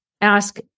ask